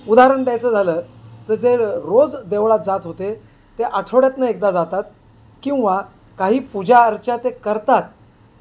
उदाहरण द्यायचं झालं तर जे रोज देवळात जात होते ते आठवड्यातून एकदा जातात किंवा काही पूजाअर्चा ते करतात